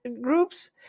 groups